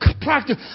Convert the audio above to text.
practice